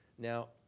Now